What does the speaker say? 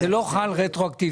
זה לא חל רטרואקטיבית.